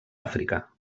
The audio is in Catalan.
àfrica